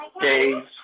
days